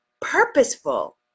purposeful